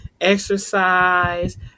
exercise